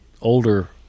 older